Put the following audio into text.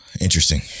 Interesting